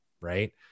right